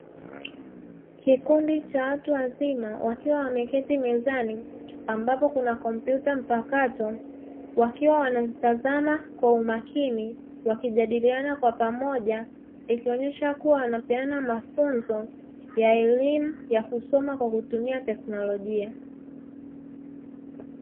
Kikundi cha watu wazima wakiwa wameketi mezani ambapo kuna kompyuta mpakato, wakiwa wananitazama kwa umakini wakijadiliana kwa pamoja ikionyesha kuwa wanapeana mafunzo ya elimu ya kusoma kwa kutumia teknolojia.